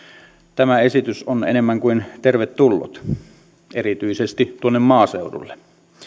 tämä esitys on enemmän kuin tervetullut erityisesti tuonne maaseudulle